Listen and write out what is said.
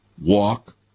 walk